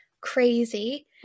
crazy